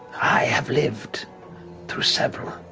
i have lived through several.